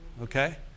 Okay